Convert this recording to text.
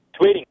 Tweeting